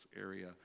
area